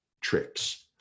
tricks